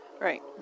Right